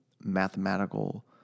mathematical